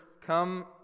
come